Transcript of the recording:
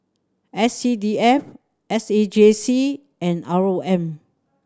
S C D F S A J C and R O M